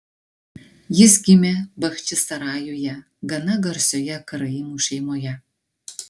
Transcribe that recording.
jis gimė bachčisarajuje gana garsioje karaimų šeimoje